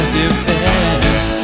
defense